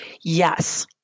Yes